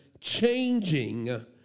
changing